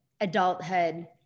adulthood